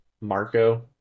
Marco